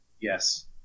Yes